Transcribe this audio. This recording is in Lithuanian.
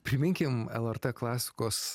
priminkim lrt klasikos